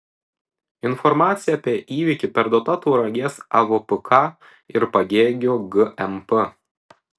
informacija apie įvykį perduota tauragės avpk ir pagėgių gmp